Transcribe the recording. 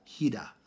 Hida